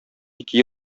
ике